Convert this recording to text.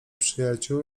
przyjaciół